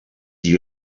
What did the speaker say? you